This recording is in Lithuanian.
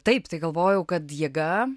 taip tai galvojau kad jėga